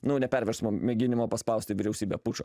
nu ne perversmo mėginimo paspausti vyriausybę pučo